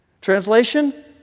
Translation